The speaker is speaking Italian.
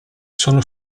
sono